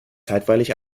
zeitweilig